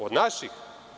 Od naših?